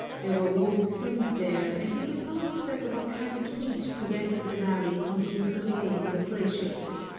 there were warm springs there, and he supposed that the volcanic heat pre vented the valley from being closed in with glaciers.